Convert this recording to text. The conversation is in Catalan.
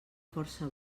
força